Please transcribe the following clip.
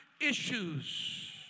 issues